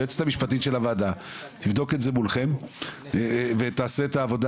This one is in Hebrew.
היועצת המשפטית של הוועדה תבדוק את זה מולכם ותעשה את העבודה